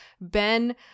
Ben